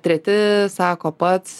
treti sako pats